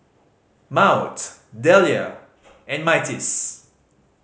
Maud Delia and Myrtis